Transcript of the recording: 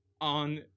on